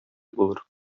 булыр